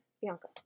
Bianca